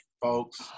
folks